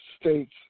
states